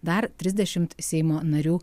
dar trisdešim seimo narių